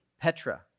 Petra